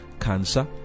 cancer